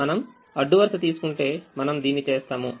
మనం అడ్డు వరుస తీసుకుంటే మనం దీన్ని చేస్తాము